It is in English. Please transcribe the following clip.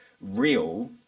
real